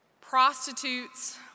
Prostitutes